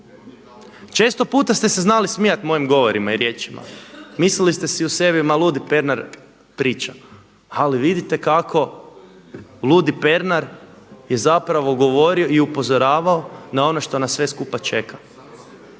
Često puta ste se znali smijati mojim govorima i riječima, mislili ste si u sebi ma ludi Pernar priča, ali vidite kako ludi Pernar je govorio i upozoravao na ono što nas sve skupa čeka.